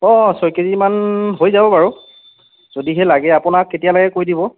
অঁ ছয় কেজিমান হৈ যাব বাৰু যদিহে লাগে আপোনাক কেতিয়া লাগে কৈ দিব